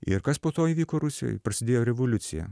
ir kas po to įvyko rusijoj prasidėjo revoliucija